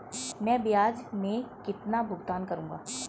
मैं ब्याज में कितना भुगतान करूंगा?